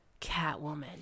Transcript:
Catwoman